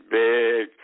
big